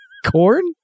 Corn